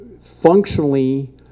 functionally